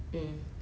mm